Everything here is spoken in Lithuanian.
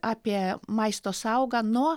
apie maisto saugą nuo